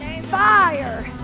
fire